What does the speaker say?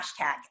hashtag